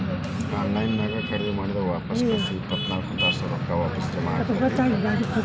on line ನ್ಯಾಗ್ ಖರೇದಿ ಮಾಡಿದ್ ವಾಪಸ್ ಕಳ್ಸಿದ್ರ ಇಪ್ಪತ್ನಾಕ್ ತಾಸ್ನ್ಯಾಗ್ ರೊಕ್ಕಾ ವಾಪಸ್ ಜಾಮಾ ಆಕ್ಕೇತಿ